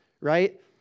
right